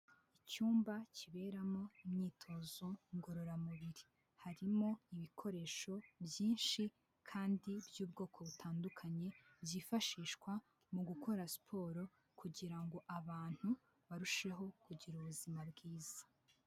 Icyumba kiberamo imyitozo ngororamubiri harimo ibikoresho byinshi kandi by'ubwoko butandukanye byifashishwa mu gukora siporo kugira ngo abantu barusheho kugira ubuzima bwiza.